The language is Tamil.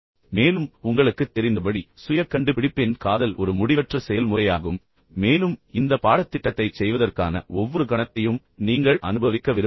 மேலும் உங்களுக்குத் தெரிந்தபடி சுய கண்டுபிடிப்பின் காதல் ஒரு முடிவற்ற செயல்முறையாகும் மேலும் இந்த பாடத்திட்டத்தைச் செய்வதற்கான ஒவ்வொரு கணத்தையும் நீங்கள் அனுபவிக்க விரும்புகிறேன்